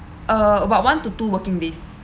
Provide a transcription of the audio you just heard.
uh about one to two working days